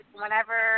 whenever